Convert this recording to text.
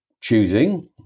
choosing